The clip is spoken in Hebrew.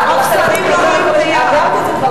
מרוב שרים לא רואים את היער.